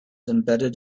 embedded